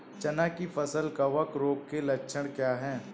चना की फसल कवक रोग के लक्षण क्या है?